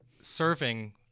serving